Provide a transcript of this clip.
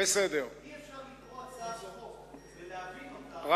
אי-אפשר לקרוא הצעת חוק ולהבין אותה בלי